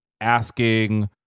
asking